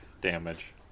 damage